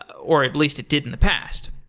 or at least it did in the past,